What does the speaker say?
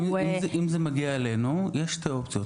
עוד פעם, אם זה מגיע אלינו יש שתי אופציות,